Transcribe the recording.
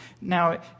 Now